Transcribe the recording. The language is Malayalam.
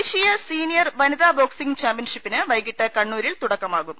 ദേശീയ സീനിയർ വനിതാ ബോക്സിംഗ് ചാമ്പ്യൻഷിപ്പിന് വൈകീട്ട് കണ്ണൂരിൽ തുടക്കമാകും